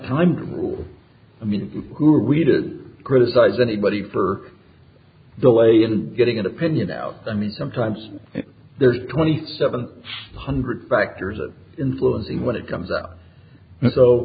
to i mean who are we to criticize anybody for delay in getting an opinion out i mean sometimes there's twenty seven hundred factors influencing when it comes out and so